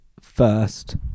first